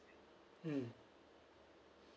mm